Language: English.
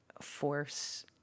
force